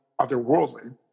otherworldly